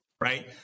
right